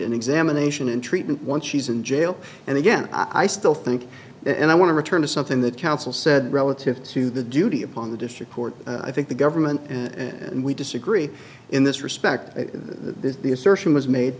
an examination and treatment once she's in jail and again i still think and i want to return to something that counsel said relative to the duty upon the district court i think the government and we disagree in this respect to the assertion was made